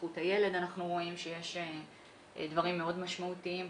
בהתפתחות הילד אנחנו רואים שיש דברים מאוד משמעותיים.